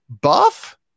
buff